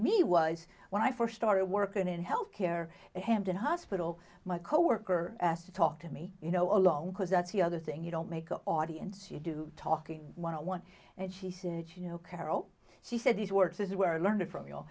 me was when i first started working in health care at hampton hospital my coworker asked to talk to me you know along because that's the other thing you don't make an audience you do talking one on one and she said you know carol she said these words is where i learned from you